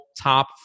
top